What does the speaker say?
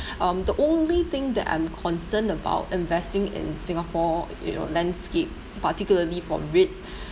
um the only thing that I'm concerned about investing in Singapore you know landscape particularly for REITs